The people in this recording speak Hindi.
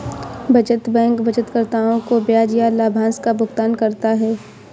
बचत बैंक बचतकर्ताओं को ब्याज या लाभांश का भुगतान करता है